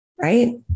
Right